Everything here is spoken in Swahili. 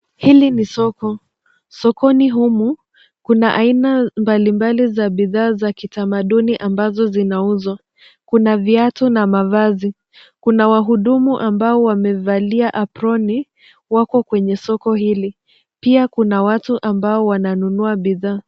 Hili ni soko. Sokoni humu kuna aina mbalimbali za bidhaa za kitamaduni ambazo zinauzwa. Kuna viatu na mavazi. Kuna wahudumu ambao wamevalia aproni wako kwenye soko hili. Pia, kuna watu ambao wananunua bidhaa.